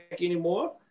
anymore